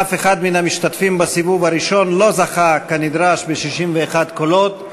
אף אחד מן המשתתפים בסיבוב הראשון לא זכה כנדרש ב-61 קולות,